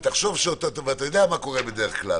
אתה יודע מה קורה בדרך כלל